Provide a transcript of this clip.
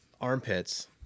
Armpits